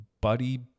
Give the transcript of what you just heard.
buddy